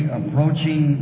approaching